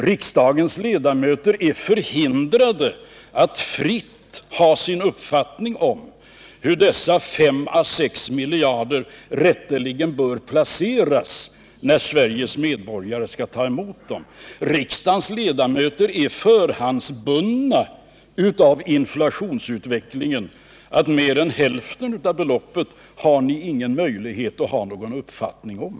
Riksdagens ledamöter är förhindrade att fritt ha sin uppfattning om hur dessa 5 å 6 miljarder kronor rätteligen bör placeras, när Sveriges medborgare skall ta emot dem. Riksdagens ledamöter är förhandsbundna av inflationsutvecklingen — mer än hälften av beloppet har ni ingen möjlighet att ha någon uppfattning om.